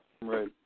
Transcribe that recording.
Right